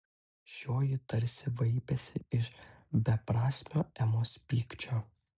šioji tarsi vaipėsi iš beprasmio emos pykčio